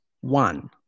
one